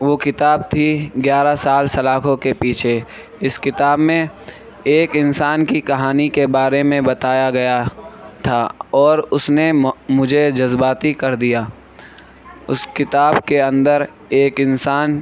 وہ کتاب تھی گیارہ سال سلاخوں کے پیچھے اس کتاب میں ایک انسان کی کہانی کے بارے میں بتایا گیا تھا اور اس نے مجھے جذباتی کر دیا اس کتاب کے اندر ایک انسان